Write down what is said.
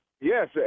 Yes